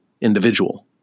individual